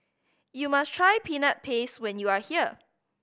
you must try Peanut Paste when you are here